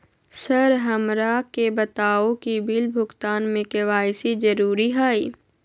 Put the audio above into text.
Sir हमरा के बताओ कि बिल भुगतान में के.वाई.सी जरूरी हाई?